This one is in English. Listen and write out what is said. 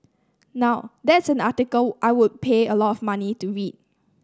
now that's an article I would pay a lot of money to read